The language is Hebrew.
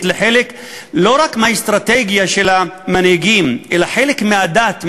לחלק לא רק מהאסטרטגיה של המנהיגים אלא חלק מהדת,